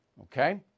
Okay